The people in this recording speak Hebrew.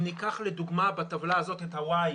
אם ניקח לדוגמה בטבלה הזאת את הוואי